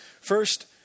first